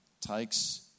Takes